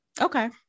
okay